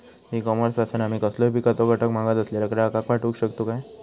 E commerce पासून आमी कसलोय पिकाचो घटक मागत असलेल्या ग्राहकाक पाठउक शकतू काय?